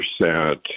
percent